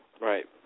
right